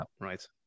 Right